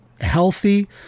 healthy